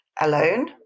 alone